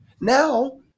Now